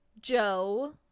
Joe –